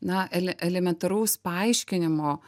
na ele elementaraus paaiškinimo